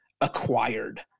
acquired